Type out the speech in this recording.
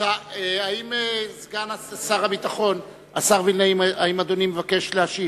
האם סגן שר הביטחון וילנאי מבקש להשיב?